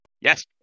Yes